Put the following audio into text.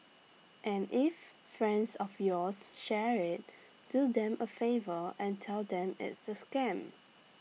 and if friends of yours share IT do them A favour and tell them it's A scam